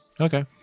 Okay